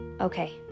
Okay